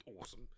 awesome